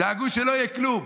דאגו שלא יהיה כלום.